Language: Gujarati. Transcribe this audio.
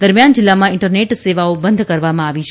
દરમિયાન જિલ્લામાં ઇન્ટરનેટ સેવાઓ બંધ કરવામાં આવી છે